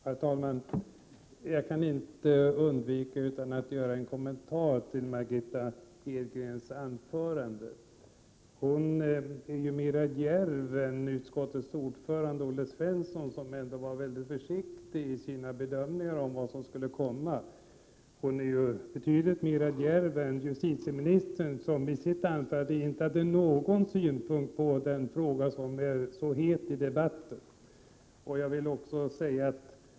Herr talman! Jag kan inte underlåta att göra en kommentar till Margitta Edgrens anförande. Hon är mer djärv än utskottets ordförande Olle Svensson, som var väldigt försiktig i sina bedömningar om vad som skulle komma, och hon är betydligt mera djärv än justitieministern, som i sitt anförande inte hade någon synpunkt på den fråga som är så het i debatten.